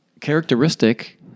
characteristic